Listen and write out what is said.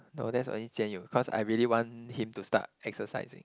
no that's only Jian-Yong cause I really want him to start exercising